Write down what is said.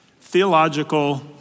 theological